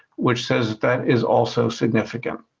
which says that is also significant.